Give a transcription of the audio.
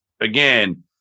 again